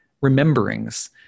rememberings